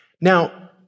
Now